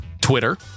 Twitter